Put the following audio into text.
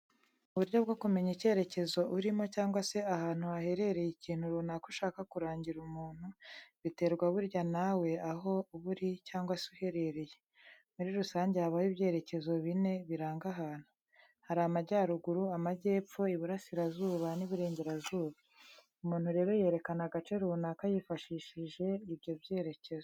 Mu buryo bwo kumenya icyerekezo urimo cyangwa se ahantu haherereye ikintu runaka ushaka kurangira muntu, biterwa burya nawe aho uba uri cyangwa se uherereye. Muri rusange habaho ibyerekezo bine biranga ahantu. Hari Amajyaruguru, Amajyepfo, Iburasirazuba n'Iburengerazuba. Umuntu rero yerekana agace runaka yifashishije ibyo byerekezo.